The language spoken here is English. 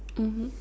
mmhmm